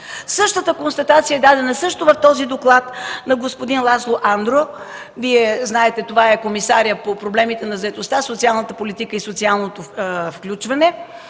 Същата констатация е дадена в този доклад от господин Ласло Андор – Вие знаете, че това е комисарят по проблемите на заетостта, социалната политика и социалното приобщаване,